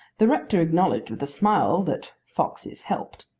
the rector acknowledged with a smile that foxes helped.